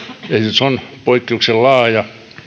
esitys on poikkeuksellisen laaja